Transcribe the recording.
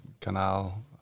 canal